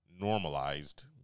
normalized